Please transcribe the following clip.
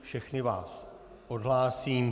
Všechny vás odhlásím.